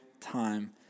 time